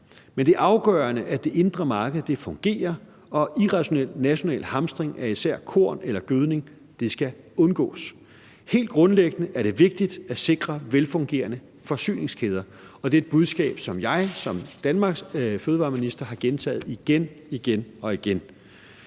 men det er afgørende, at det indre marked fungerer, og irrationel national hamstring af især korn og gødning skal undgås. Helt grundlæggende er det vigtigt at sikre velfungerende forsyningskæder, og det er et budskab, som jeg som Danmarks fødevareminister har gentaget igen og igen.